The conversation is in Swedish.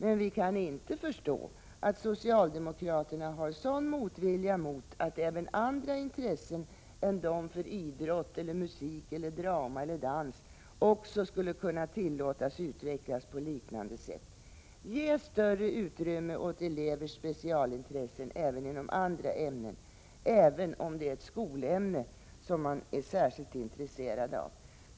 Men vi kan inte förstå att socialdemokraterna har en sådan motvilja mot att även andra intressen än intressen för idrott, musik, drama eller dans också skulle kunna tillåtas utvecklas på liknande sätt. Ge större utrymme åt elevers specialintressen inom andra ämnen, även om det skulle vara ett skolämne som man är särskilt intresserad av!